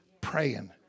praying